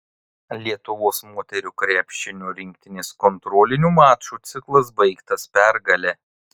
lietuvos moterų krepšinio rinktinės kontrolinių mačų ciklas baigtas pergale